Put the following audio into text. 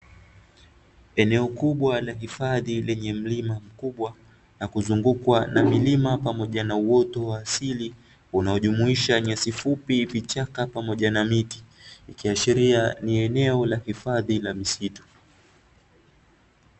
Eneo kubwa la hifadhi lenye mlima mkubwa na kuzungukwa na milima, pamoja na uoto wa asili unaojumuisha nyasi fupi, vichaka pamoja na miti, ikiashiria ni eneo la hifadhi la misitu.